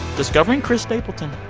discovering chris stapleton.